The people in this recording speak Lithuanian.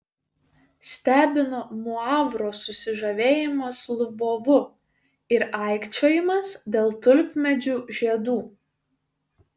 stebino muavro susižavėjimas lvovu ir aikčiojimas dėl tulpmedžių žiedų